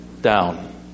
down